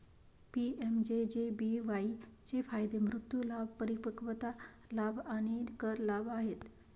PMJJBY चे फायदे मृत्यू लाभ, परिपक्वता लाभ आणि कर लाभ आहेत